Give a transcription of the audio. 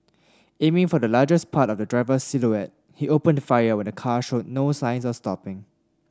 aiming for the largest part of the driver's silhouette he opened fire when the car showed no signs of stopping